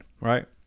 right